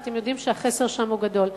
ואתם יודעים שהחסר שם הוא גדול.